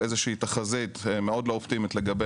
איזושהי תחזית מאוד לא אופטימית לגבי